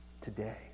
today